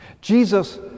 Jesus